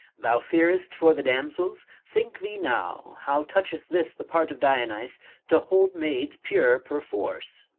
thou fearest for the damsels? think thee now how toucheth this the part of dionyse to hold maids pure perforce?